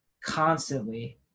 constantly